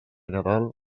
nadal